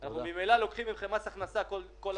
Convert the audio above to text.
אנחנו ממילא לוקחים מכם מס הכנסה כל הזמן,